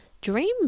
dream